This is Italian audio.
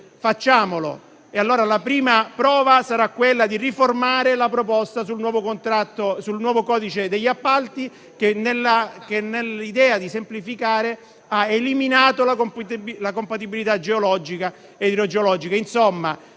facciamolo. La prima prova sarà quella di riformare la proposta sul nuovo codice degli appalti, che invece attualmente nell'idea di semplificare ha eliminato la compatibilità geologica e idrogeologica.